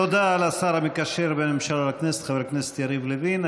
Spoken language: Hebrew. תודה לשר המקשר בין הממשלה לכנסת חבר הכנסת יריב לוין.